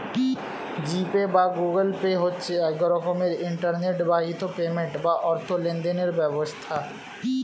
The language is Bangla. জি পে বা গুগল পে হচ্ছে এক রকমের ইন্টারনেট বাহিত পেমেন্ট বা অর্থ লেনদেনের ব্যবস্থা